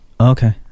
okay